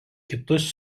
kitus